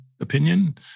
opinion